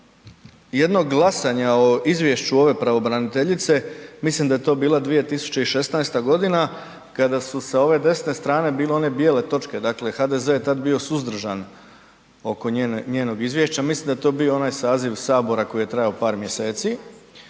jednog glasanja o izvješću ove pravobraniteljice, mislim da je to bila 2016. godina kada su sa ove desne strane bile one bijele točke, dakle HDZ je tad bio suzdržan oko njenog izvješća, mislim da je to bio onaj saziv Sabora koji je trajao par mjeseci